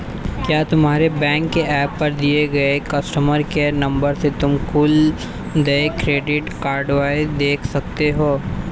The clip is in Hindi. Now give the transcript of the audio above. क्या तुम्हारे बैंक के एप पर दिए गए कस्टमर केयर नंबर से तुम कुल देय क्रेडिट कार्डव्यू देख सकते हो?